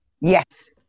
Yes